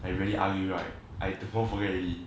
I really argue right I go home forget already